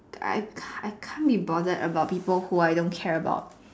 I can't be bothered about people who I don't care about